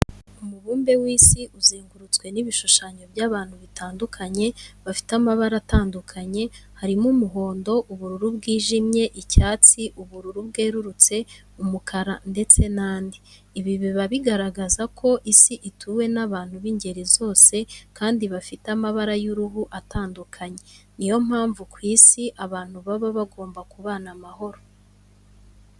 Umubambe w'isi uzengurutswe n'ibishushanyo by'abantu bitandukanye bafite amabara atandukanye harimo umuhondo, ubururu bwijimye, icyatsi, ubururu bwerurutse, umukara ndetse n'andi. Ibi biba bigaragaza ko isi ituwe n'abantu b'ingeri zose, kandi bafite amabara y'uruhu atandukanye, ni yo mpamvu ku isi abantu baba bagomba kubana amahoro.